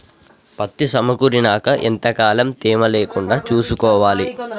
పత్తి సమకూరినాక ఎంత కాలం తేమ లేకుండా చూసుకోవాలి?